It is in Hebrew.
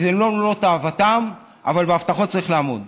וזה לא מלוא תאוותם, אבל בהבטחות צריך לעמוד.